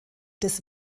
des